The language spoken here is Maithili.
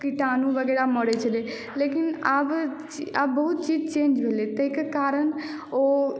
कीटाणु वगैरह मरै छलै लेकिन आब बहुत किछु चेंज भेलै ताहिके कारण ओ